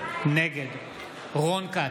נגד רון כץ,